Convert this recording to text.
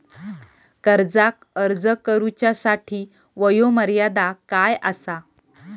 कर्जाक अर्ज करुच्यासाठी वयोमर्यादा काय आसा?